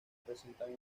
presentan